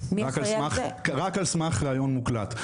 רק על סמך ראיון מוקלט.